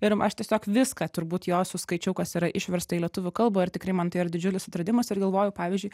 ir aš tiesiog viską turbūt jos suskaičiau kas yra išversta į lietuvių kalbą ir tikrai man tai yra didžiulis atradimas ir galvoju pavyzdžiui